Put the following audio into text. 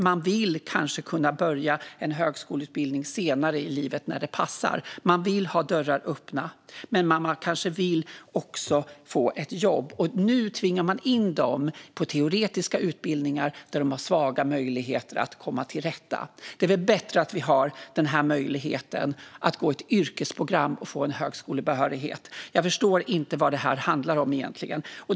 Man vill kanske kunna börja en högskoleutbildning senare i livet, när det passar. Man vill ha dörrar öppna, men man kanske också vill få ett jobb. Nu tvingar vi in dessa personer på teoretiska utbildningar där de har svaga möjligheter att komma till sin rätt. Det är väl bättre att vi har den här möjligheten: att gå ett yrkesprogram och få en högskolebehörighet. Jag förstår inte vad det här handlar om egentligen.